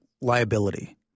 liability